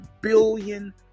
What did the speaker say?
billion